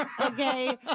Okay